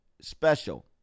special